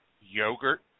yogurt